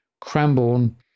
Cranbourne